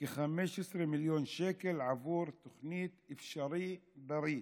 כ-15 מיליון שקל עבור התוכנית "אפשריבריא".